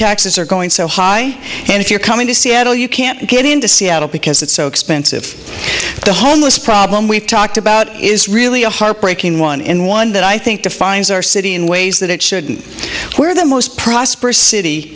taxes are going so high i mean if you're coming to seattle you can't get into seattle because it's so expensive the homeless problem we've talked about is really a heartbreaking one and one that i think defines our city in ways that it shouldn't we're the most prosperous city